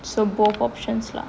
so both options lah